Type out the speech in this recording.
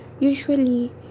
usually